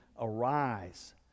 arise